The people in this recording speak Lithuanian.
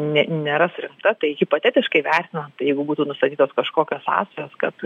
ne nėra surinkta tai hipotetiškai vertinant tai jeigu būtų nustatytos kažkokios sąsajos kad